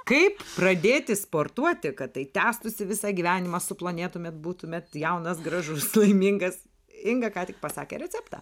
kaip pradėti sportuoti kad tai tęstųsi visą gyvenimą suplonėtumėt būtumėt jaunas gražus laimingas inga ką tik pasakė receptą